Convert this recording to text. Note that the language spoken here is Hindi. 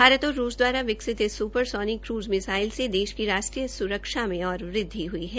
भारत और रूस द्वाराविकसित इस स्परसोनिक क्रूज मिसाइल से देश की राष्ट्रीय स्रक्षा में और वृद्वि हई है